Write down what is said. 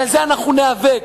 על זה אנחנו ניאבק.